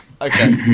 Okay